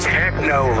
techno